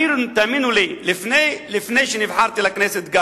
תאמינו לי, גם לפני שנבחרתי לכנסת,